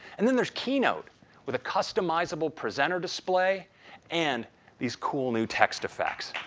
and then there's keynote with a customizable presenter display and these cool new text effects.